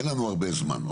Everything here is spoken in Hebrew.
אין לנו הרבה זמן.